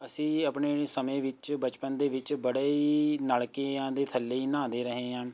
ਅਸੀਂ ਆਪਣੇ ਸਮੇਂ ਵਿੱਚ ਬਚਪਨ ਦੇ ਵਿੱਚ ਬੜੇ ਹੀ ਨਲ਼ਕਿਆਂ ਦੇ ਥੱਲੇ ਨਹਾਉਂਦੇ ਰਹੇ ਹਾਂ